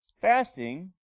fasting